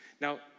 now